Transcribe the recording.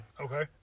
Okay